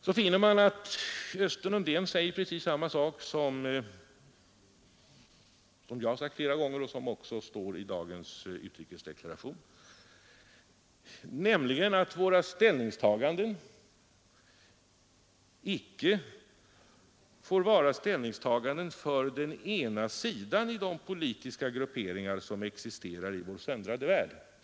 Då finner man att Östen Undén säger precis samma sak som jag sagt flera gånger och som också står i dagens utrikesdeklaration, nämligen att våra ställningstaganden icke får vara till förmån för den ena sidan i de politiska grupperingar som existerar i vår söndrade värld.